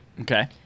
okay